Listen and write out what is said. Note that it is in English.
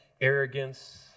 arrogance